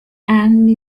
and